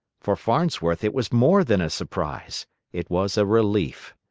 for farnsworth, it was more than a surprise it was a relief.